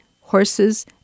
horses